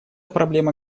проблема